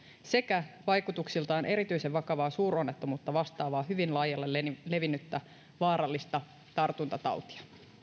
sekä vaikutuksiltaan erityisen vakavaa suuronnettomuutta vastaavaa hyvin laajalle levinnyttä vaarallista tartuntatautia